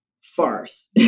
farce